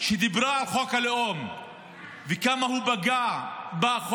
שדיברה על חוק הלאום וכמה הוא פגע בה,